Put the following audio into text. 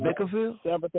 Bakerfield